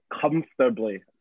comfortably